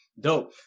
dope